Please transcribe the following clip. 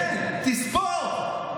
כן, תספור.